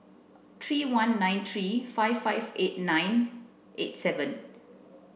three one nine three five five eight nine eight seven